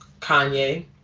Kanye